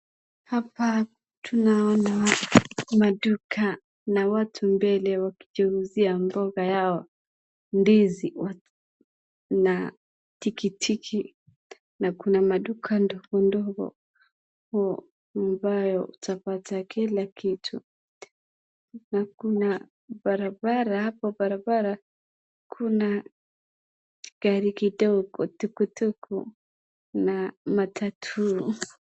Hapa tunaona maduka na watu mbele wakijuzia mboga yao, ndizi, na tikitiki na kuna maduka ndogo ndogo ambayo utapata kila kitu. Na kuna barabara hapo barabara kuna gari kidogo, tukutuku na matatuu.